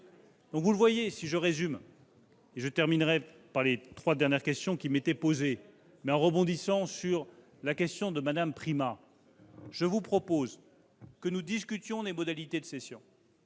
après l'opération. En résumé, et je terminerai par les trois dernières questions qui m'ont été posées, mais en rebondissant sur la question de Mme Primas, je vous propose donc que nous discutions des modalités de cession,